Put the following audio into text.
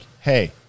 hey